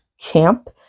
camp